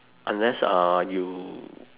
unless uh you